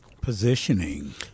Positioning